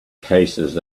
cases